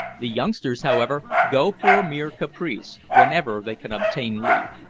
the youngsters, however, go for mere caprice whenever they can obtain leave.